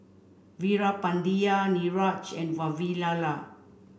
Veerapandiya Niraj and Vavilala